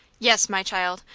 yes, my child,